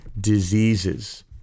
diseases